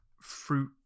fruit